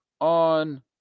on